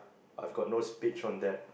I've got no speech on that